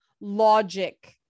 logic